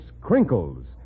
Crinkles